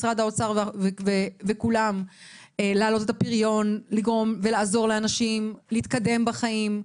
משרד האוצר וכולם להעלות את הפריון ולעזור לאנשים להתקדם בחיים,